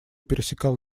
пересекал